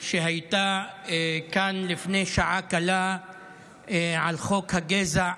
שהייתה כאן לפני שעה קלה על חוק הגזע,